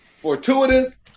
fortuitous